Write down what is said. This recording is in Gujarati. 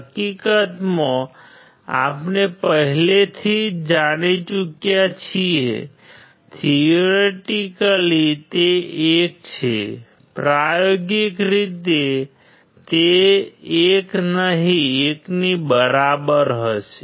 હકીકતમાં આપણે પહેલેથી જ જાણી ચૂક્યા છીએ થેઓરેટિકેલી તે 1 છે પ્રાયોગિક રીતે તે 1 નહીં 1 ની બરાબર હશે